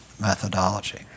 methodology